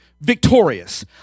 victorious